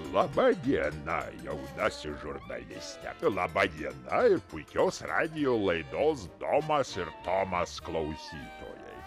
laba diena jaunasis žurnaliste laba diena ir puikios radijo laidos domas ir tomas klausytojai